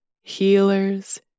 healers